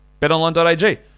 betonline.ag